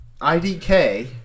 IDK